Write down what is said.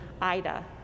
Ida